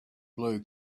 blue